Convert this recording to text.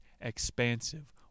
expansive